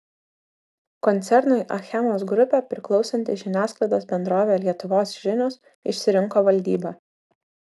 koncernui achemos grupė priklausanti žiniasklaidos bendrovė lietuvos žinios išsirinko valdybą